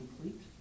complete